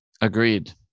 Agreed